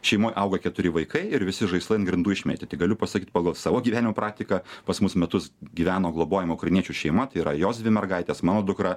šeimoj auga keturi vaikai ir visi žaislai ant grindų išmėtyti galiu pasakyt pagal savo gyvenimo praktiką pas mus metus gyveno globojamų ukrainiečių šeima tai yra jos dvi mergaitės mano dukra